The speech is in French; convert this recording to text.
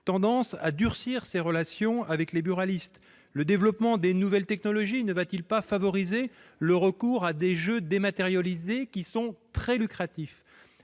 tendance à durcir ses relations avec les buralistes ? Le développement des nouvelles technologies ne va-t-il pas favoriser le recours à des jeux dématérialisés qui sont très lucratifs ?